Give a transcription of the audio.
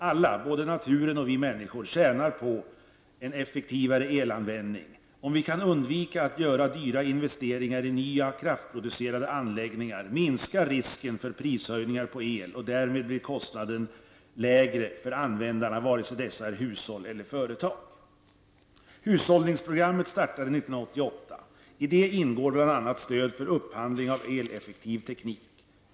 Alla, både naturen och vi människor, tjänar på en effektivare elanvändning. Om vi kan undvika att göra dyra investeringar i nya kraftproducerande anläggningar minskar risken för prishöjningar på el, och därmed blir kostnaden lägre för användarna, vare sig dessa är hushåll eller företag. Hushållningsprogrammet startade år 1988. I det ingår bl.a. stöd för upphandling av eleffektiv teknik.